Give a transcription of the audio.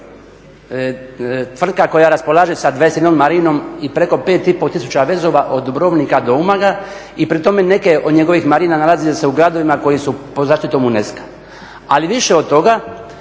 tvrtka koja raspolaže sa 21 marinom i preko 5,5 tisuća vezova od Dubrovnika do Umaga i pri tome neke od njegovih marina nalaze se u gradovima koji su pod zaštitom UNESCO-a. Ali više od toga